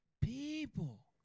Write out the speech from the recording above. People